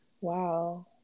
Wow